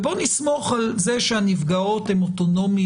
בואו נסמוך על זה שהנפגעות הן אוטונומיות,